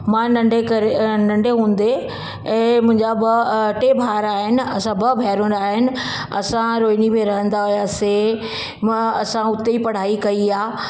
मां नंढे करे नंढे हूंदे ए मुंहिंजा ॿ टे भाउर आहिनि असां ॿ भेनरूं आहिनि असां रोहिनी में रहंदा हुआसीं मां असां हुते ही पढ़ाई कई आहे